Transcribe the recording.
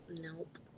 nope